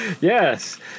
Yes